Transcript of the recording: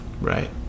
Right